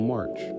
March